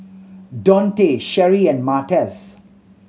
Donte Sherri and Martez